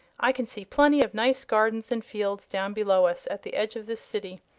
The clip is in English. i can see plenty of nice gardens and fields down below us, at the edge of this city.